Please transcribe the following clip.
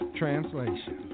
translation